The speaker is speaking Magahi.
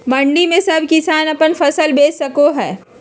मंडी में सब किसान अपन फसल बेच सको है?